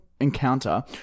Encounter